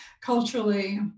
culturally